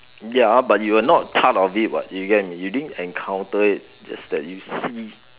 ya but you were not part of it what you get what I mean you didn't encounter it just that you see